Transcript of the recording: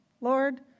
Lord